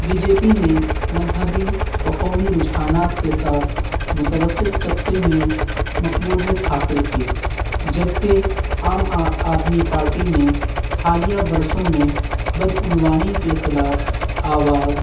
be J P نے مذہبی وقومی رجحانات کے ساتھ متوثد طبقے میں مقبولیت حاصل کی جبکہ عام آدمی پارٹی نے حالیہ برسوں میں بدعنوانی کے خلاف آواز